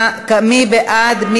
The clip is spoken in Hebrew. מי בעד?